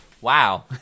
Wow